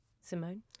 Simone